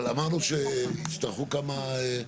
אבל אמרנו שיצטרכו כמה,